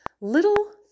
little